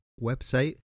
website